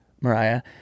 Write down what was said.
Mariah